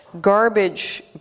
garbage